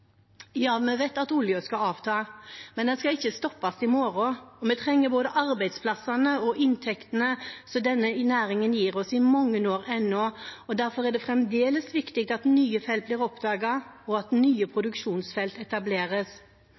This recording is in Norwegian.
Ja, vi vet at oljen skal avta, men den skal ikke stoppes i morgen, og vi trenger både arbeidsplassene og inntektene som denne næringen gir oss, i mange år ennå. Derfor er det fremdeles viktig at nye felt blir oppdaget, og at nye produksjonsfelt etableres.